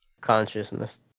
consciousness